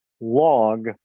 log